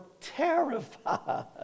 terrified